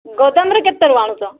ଗୋଦାମରେ କେତେରୁ ଆଣୁଛ